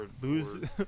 Lose